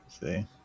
See